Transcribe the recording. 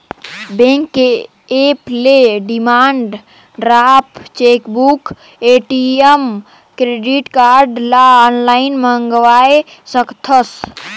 bank के app ले demand draft, chequebook, ATM, credit card ल आनलाइन मंगवाये सकथस